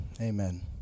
Amen